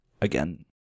again